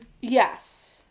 Yes